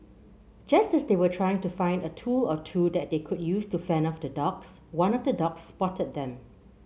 just as they were trying to find a tool or two that they could use to fend off the dogs one of the dogs spotted them